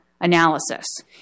analysis